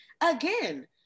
again